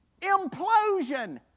Implosion